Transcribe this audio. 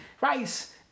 rice